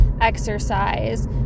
exercise